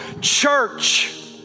Church